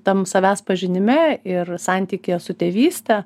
tam savęs pažinime ir santykyje su tėvyste